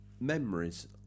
memories